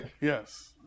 yes